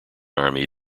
army